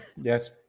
Yes